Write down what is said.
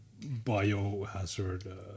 biohazard